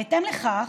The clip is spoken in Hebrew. בהתאם לכך,